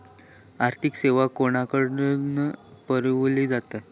आर्थिक सेवा कोणाकडन पुरविली जाता?